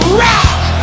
rock